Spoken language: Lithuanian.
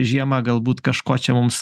žiemą galbūt kažko čia mums